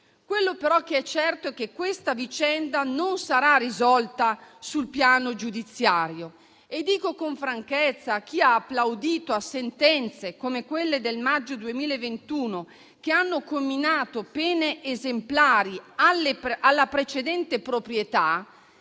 Quel che è certo, però, è che questa vicenda non sarà risolta sul piano giudiziario e dico con franchezza a chi ha applaudito a sentenze come quelle del maggio 2021, che hanno irrogato pene esemplari alla precedente proprietà,